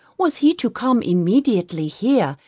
was he to come immediately here,